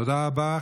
תודה רבה.